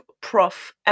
Prof